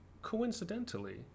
coincidentally